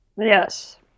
Yes